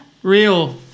Real